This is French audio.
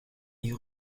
est